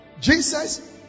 Jesus